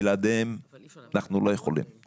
בלעדיהם אנחנו לא יכולים.